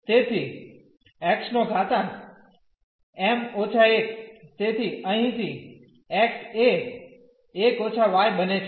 તેથી xm−1 તેથી અહીંથી x એ 1− y બને છે